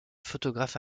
photographe